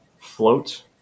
float